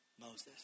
Moses